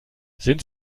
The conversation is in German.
sind